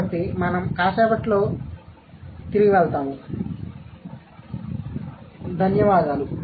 కాబట్టి మనం కాసేపట్లో తిరిగి వెళ్తాము